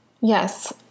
Yes